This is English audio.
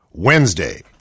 Wednesday